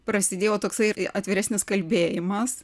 prasidėjo toksai atviresnis kalbėjimas